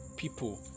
People